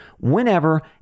whenever